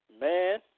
man